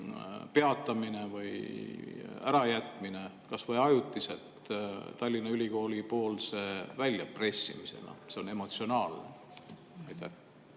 peatamine või ärajätmine kas või ajutiselt Tallinna Ülikooli poolse väljapressimisena? See on emotsionaalne. Aitäh!